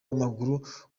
w’amaguru